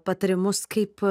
patarimus kaip